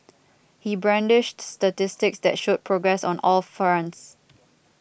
he brandished statistics that showed progress on all fronts